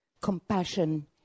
compassion